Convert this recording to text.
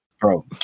Bro